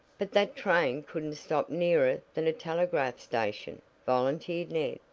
but that train couldn't stop nearer than a telegraph station, volunteered ned.